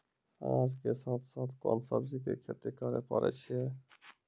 अनाज के साथ साथ कोंन सब्जी के खेती करे पारे छियै?